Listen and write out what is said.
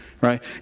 Right